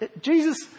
Jesus